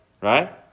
right